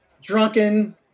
drunken